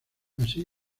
así